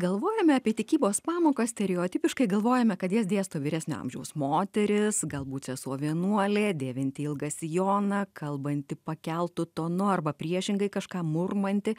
galvojame apie tikybos pamokas stereotipiškai galvojame kad jas dėsto vyresnio amžiaus moteris galbūt sesuo vienuolė dėvinti ilgą sijoną kalbanti pakeltu tonu arba priešingai kažką murmanti